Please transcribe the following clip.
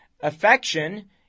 Affection